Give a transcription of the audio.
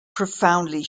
profoundly